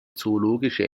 zoologische